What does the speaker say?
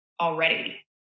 already